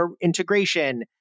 integration